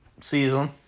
season